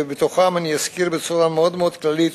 ובתוכן אני אזכיר בצורה מאוד מאוד כללית,